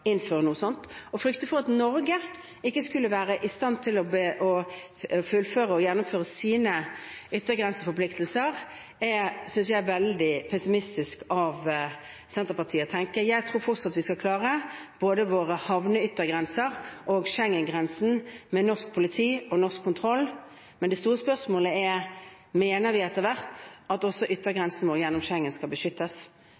innføre noe sånt. Å frykte for at Norge ikke skulle være i stand til å oppfylle og gjennomføre sine yttergrenseforpliktelser, synes jeg er veldig pessimistisk av Senterpartiet. Jeg tror fortsatt at vi skal klare å håndtere både våre havneyttergrenser og Schengen-grensen med norsk politi og norsk kontroll, men det store spørsmålet er: Mener vi, etter hvert, at også